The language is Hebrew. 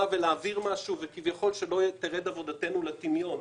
להעביר משהו ושלא תרד עבודתנו לטמיון.